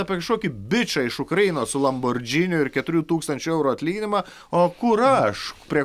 apie kažkokį bičą iš ukrainos su lanbordžiniu ir keturių tūkstančių eurų atlyginimą o kur aš prie